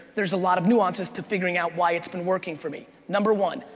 there's a lot of nuances to figuring out why it's been working for me. number one,